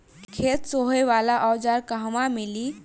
खेत सोहे वाला औज़ार कहवा मिली?